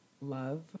love